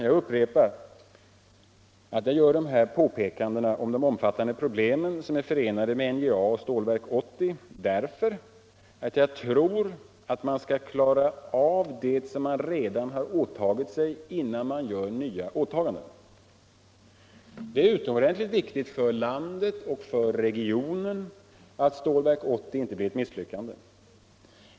Jag upprepar att jag gör dessa påpekanden om de omfattande problem som är förenade med NJA och Stålverk 80 därför att jag tycker att man skall klara av det man redan åtagit sig innan man gör nya åtaganden. Det är utomordentligt viktigt för landet och för regionen att Stålverk 80 inte blir ett misslyckande.